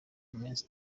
minsi